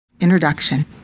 Introduction